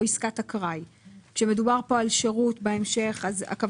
או עסקת אקראי"; כשמדובר פה על "שירות" הכוונה